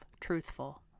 truthful